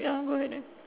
ya go ahead